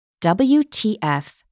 WTF